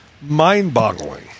mind-boggling